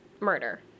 murder